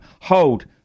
hold